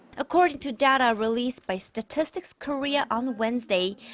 according to data released by statistics korea on wednesday.